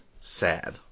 sad